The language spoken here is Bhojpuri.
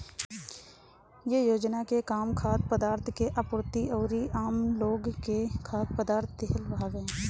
इ योजना के काम खाद्य पदार्थ के आपूर्ति अउरी आमलोग के खाद्य पदार्थ देहल हवे